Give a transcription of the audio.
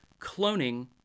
cloning